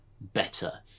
better